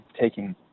taking